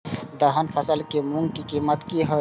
दलहन फसल के मूँग के कीमत की हय?